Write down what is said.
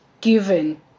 given